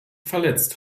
verletzt